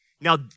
Now